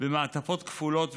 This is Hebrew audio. במעטפות כפולות,